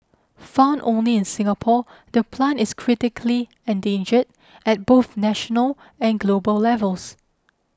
found only in Singapore the plant is critically endangered at both national and global levels